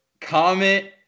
comment